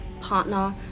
partner